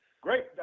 great